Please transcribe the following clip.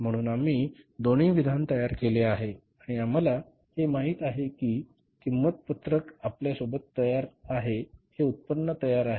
म्हणून आम्ही दोन्ही विधान तयार केले आहे आणि आम्हाला आता हे माहित आहे की ही किंमत पत्रक आपल्यासोबत तयार आहे हे उत्पन्न तयार आहे